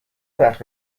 وقت